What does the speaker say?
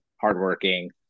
hardworking